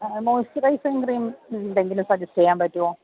moisturising cream എന്തെങ്കിലും suggest ചെയ്യാൻ പറ്റുമോ